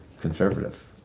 conservative